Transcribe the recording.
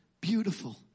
beautiful